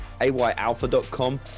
ayalpha.com